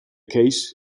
case